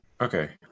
Okay